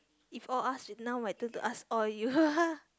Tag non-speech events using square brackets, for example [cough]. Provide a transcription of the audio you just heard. if all ask now my turn to ask all you [laughs]